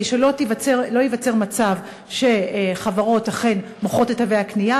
שלא ייווצר מצב שחברות אכן מוכרות את תווי הקנייה,